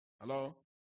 Hello